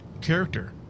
character